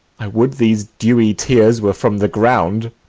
i would these dewy tears were from the ground.